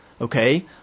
Okay